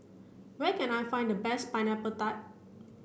where can I find the best pineapple tart